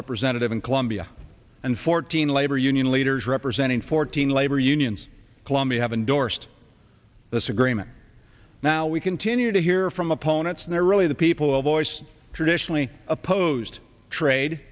representative in colombia and fourteen labor union leaders representing fourteen labor unions colombia have endorsed this agreement now we continue to hear from opponents and they're really the people voice traditionally opposed trade